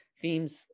themes